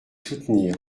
soutenir